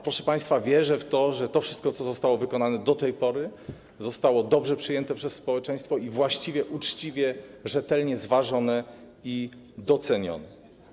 Proszę państwa, wierzę w to, że to wszystko, co zostało wykonane do tej pory, zostało dobrze przyjęte przez społeczeństwo i właściwie, uczciwie, rzetelnie zważone i docenione.